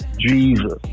Jesus